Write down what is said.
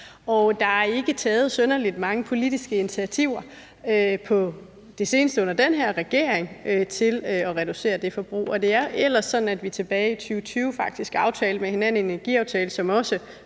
Der er ikke taget synderlig mange politiske initiativer på det seneste under den her regeringtil at reducere det forbrug. Det er ellers sådan, at vi tilbage i 2020 faktisk aftalte med hinanden i en energiaftale, som også